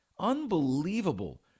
Unbelievable